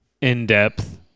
in-depth